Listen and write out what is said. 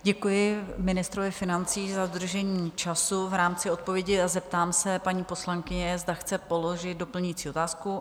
Děkuji ministrovi financí za dodržení času v rámci odpovědi a zeptám se paní poslankyně, zda chce položit doplňující otázku.